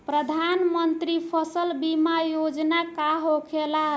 प्रधानमंत्री फसल बीमा योजना का होखेला?